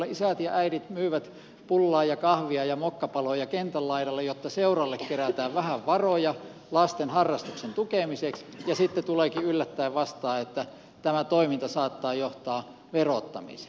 isät ja äidit myyvät pullaa ja kahvia ja mokkapaloja kentän laidalla jotta seuralle kerätään vähän varoja lasten harrastuksen tukemiseksi ja sitten tuleekin yllättäen vastaan että tämä toiminta saattaa johtaa verottamiseen